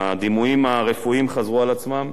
הדימויים הרפואיים חזרו על עצמם,